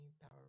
power